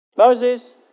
Moses